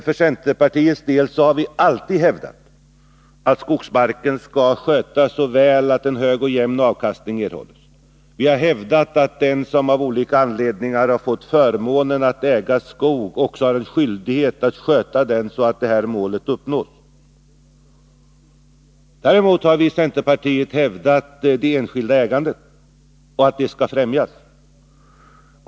Från centerpartiets sida har vi alltid hävdat att skogsmarken skall skötas så välatt en hög och jämn avkastning erhålls. Vi har hävdat att den som av olika anledningar har fått förmånen att äga skog också har skyldighet att sköta den så att detta mål uppnås. Däremot har vi i centerpartiet hävdat det enskilda ägandet och att det skall främjas.